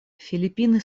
филиппины